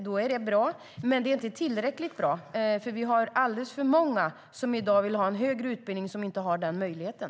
Det är bra, men det är inte tillräckligt bra, för vi har alldeles för många som i dag vill ha en högre utbildning men som inte har den möjligheten.